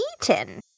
eaten